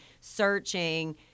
searching